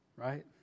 Right